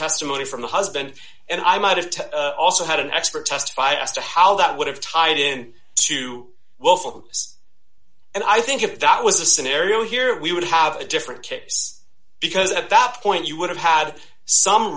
testimony from the husband and i might have also had an expert testify as to how that would have tied in to welfare and i think if that was the scenario here we would have a different case because at that point you would have had some